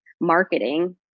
marketing